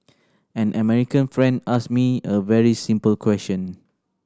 an American friend asked me a very simple question